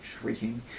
shrieking